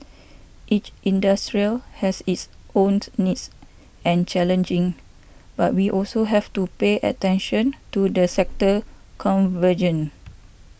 each industry has its own needs and challenges but we also have to pay attention to the sector convergen